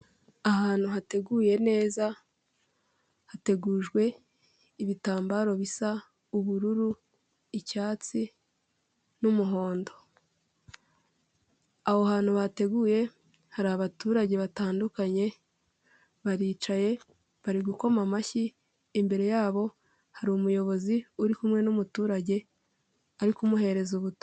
Ahantu hateguye neza, hategujwe ibitambaro bisa ubururu, icyatsi, n'umuhondo. Aho hantu bateguye, hari abaturage batandukanye, baricaye bari gukoma amashyi, imbere yabo hari umuyobozi uri kumwe n'umuturage ari kumuhereza ubutumwa.